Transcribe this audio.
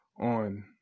on